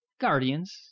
Guardians